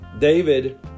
David